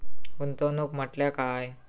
गुंतवणूक म्हटल्या काय?